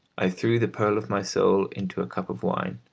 i threw the pearl of my soul into a cup of wine.